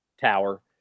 tower